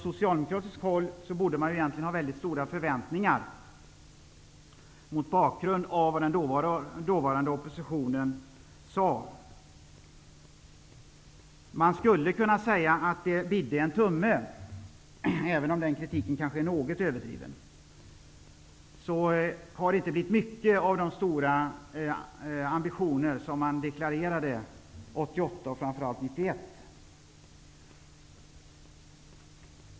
Socialdemokraterna borde egentligen ha mycket stora förväntningar mot bakgrund av vad den dåvarande oppositionen sade. Man skulle kunna säga att det ''bidde'' en tumme, även om den kritiken är något överdriven. Det har inte blivit mycket av de stora ambitioner som framfördes 1988 och 1991.